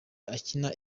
akina